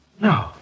No